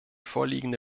vorliegende